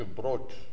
brought